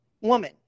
woman